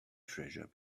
treasure